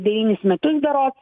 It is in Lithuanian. devynis metus berods